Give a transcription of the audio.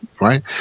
right